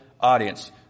audience